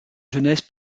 jeunesse